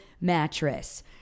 mattress